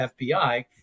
FBI